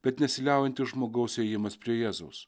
bet nesiliaujantis žmogaus ėjimas prie jėzaus